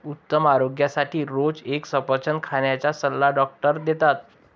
उत्तम आरोग्यासाठी रोज एक सफरचंद खाण्याचा सल्ला डॉक्टर देतात